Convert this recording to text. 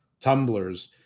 tumblers